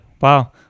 Wow